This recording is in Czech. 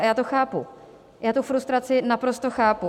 A já to chápu, já tu frustraci naprosto chápu.